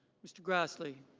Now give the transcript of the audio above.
mr. grassley.